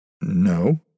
No